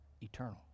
eternal